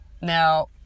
Now